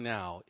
now